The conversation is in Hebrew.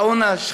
עטאונה,